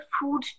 food